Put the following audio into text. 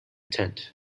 tent